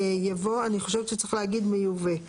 יבוא "מיובא";